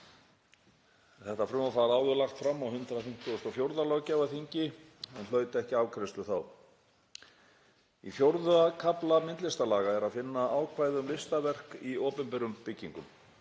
Þetta frumvarp var áður lagt fram á 154. löggjafarþingi en hlaut ekki afgreiðslu þá. Í IV. kafla myndlistarlaga er að finna ákvæði um listaverk í opinberum byggingum.